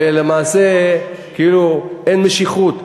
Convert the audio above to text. ולמעשה אין המשכיות.